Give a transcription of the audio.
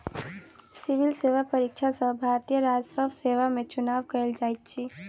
civil सेवा परीक्षा सॅ भारतीय राजस्व सेवा में चुनाव कयल जाइत अछि